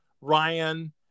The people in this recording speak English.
Ryan